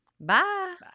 Bye